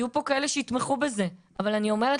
יהיו פה כאלה שיתמכו בזה אבל אני אומרת